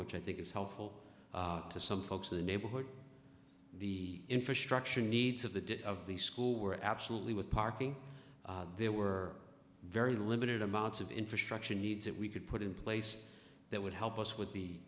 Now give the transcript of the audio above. which i think is helpful to some folks in the neighborhood the infrastructure needs of the of the school were absolutely with parking there were very limited amounts of infrastructure needs that we could put in place that would help us would be